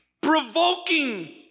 provoking